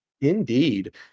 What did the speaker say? Indeed